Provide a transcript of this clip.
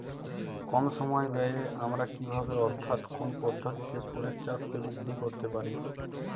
কম সময় ব্যায়ে আমরা কি ভাবে অর্থাৎ কোন পদ্ধতিতে ফুলের চাষকে বৃদ্ধি করতে পারি?